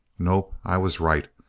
nope. i was right.